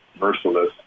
merciless